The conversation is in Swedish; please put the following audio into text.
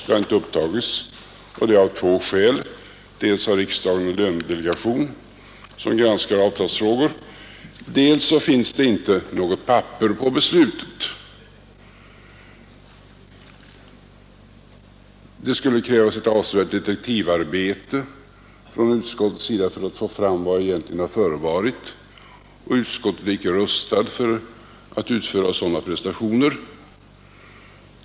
Det finns två skäl till att det inte har upptagits där. Dels har riksdagen en lönedelegation som granskar avtalsfrågor, dels finns det inte något papper på beslutet. Det skulle krävas ett avsevärt detektivarbete av utskottet för att få fram vad som egentligen förevarit, och utskottet är inte rustat för att utföra sådana prestationer.